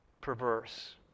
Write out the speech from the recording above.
perverse